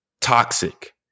toxic